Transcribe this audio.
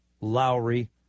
Lowry